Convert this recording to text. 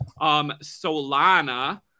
Solana